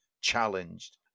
challenged